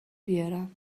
بیارم